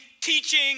teaching